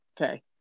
Okay